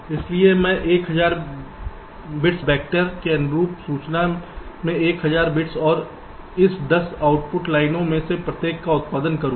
इसलिए मैं 1000 bits vector के अनुरूप सूचना के 1000 बिट्स और इस 10 आउटपुट लाइनों में से प्रत्येक का उत्पादन करूंगा